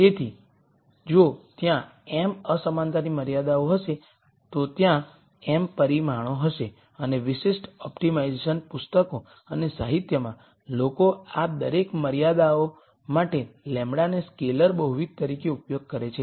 તેથી જો ત્યાં m અસમાનતાની મર્યાદાઓ હશે ત્યાં m પરિમાણો હશે અને વિશિષ્ટ ઓપ્ટિમાઇઝેશન પુસ્તકો અને સાહિત્યમાં લોકો આ દરેક મર્યાદાઓ માટે λ ને સ્કેલર બહુવિધ તરીકે ઉપયોગ કરે છે